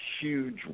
huge